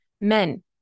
Men